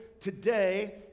Today